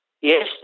Yes